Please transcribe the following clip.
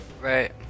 Right